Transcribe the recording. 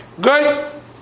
Good